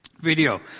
video